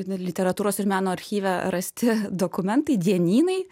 literatūros ir meno archyve rasti dokumentai dienynai